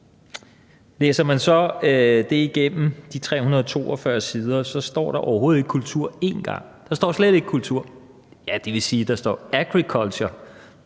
Læser man så de 342 sider igennem, står der overhovedet ikke »kultur« en eneste gang. Der står slet ikke »kultur«. Ja, det vil sige, at der står »agriculture«,